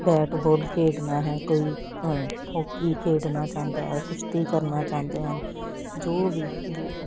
bat ball ਖੇਡਣਾ ਹੈ ਕੋਈ ਹੋਕੀ ਖੇਡਣਾ ਚਾਹੁੰਦਾ ਹੈ ਕੁਸ਼ਤੀ ਕਰਨਾ ਚਾਹੁੰਦੇ ਹਾਂ ਜੋ ਵੀ ਜੋ